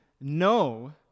No